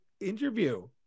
interview